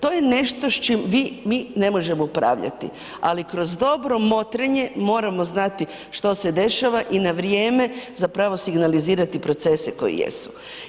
To je nešto s čim vi, mi ne možemo upravljati, ali kroz dobro motrenje moramo znati što se dešava i na vrijeme zapravo signalizirati procese koji jesu.